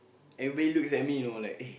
everybody looks at me you know like eh